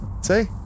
See